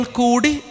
kudi